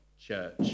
church